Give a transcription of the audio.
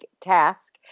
task